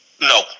no